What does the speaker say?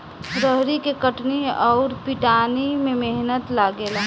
रहरी के कटनी अउर पिटानी में मेहनत लागेला